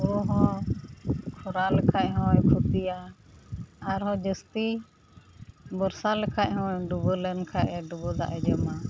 ᱦᱩᱲᱩᱦᱚᱸ ᱠᱷᱚᱨᱟᱣ ᱞᱮᱠᱷᱟᱡᱦᱚᱸ ᱦᱩᱭᱩᱜ ᱜᱮᱭᱟ ᱟᱨᱦᱚ ᱡᱟᱹᱥᱛᱤ ᱵᱚᱨᱥᱟ ᱞᱮᱠᱷᱟᱡᱦᱚᱸ ᱰᱩᱵᱟᱹᱞᱮᱱ ᱠᱷᱟᱱ ᱰᱩᱵᱟᱹᱫᱟᱜ ᱼᱮ ᱡᱚᱢᱟ